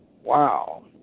Wow